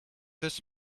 this